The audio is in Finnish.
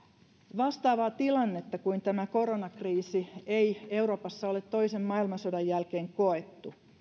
vastaavaa tilannetta kuin tämä koronakriisi ei euroopassa ole toisen maailmansodan jälkeen koettu